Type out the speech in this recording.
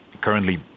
currently